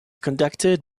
conducted